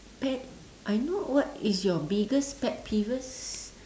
pet I know what is your biggest pet peeves